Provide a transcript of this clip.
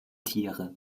tiere